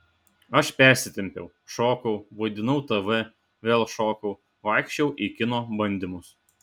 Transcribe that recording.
aš persitempiau šokau vaidinau tv vėl šokau vaikščiojau į kino bandymus